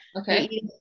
Okay